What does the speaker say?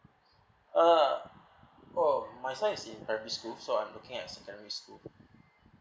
uh oh my son is in primary school so I'm looking at secondary school